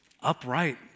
upright